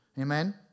Amen